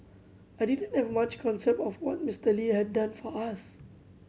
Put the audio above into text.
I didn't have much concept of what Mister Lee had done for us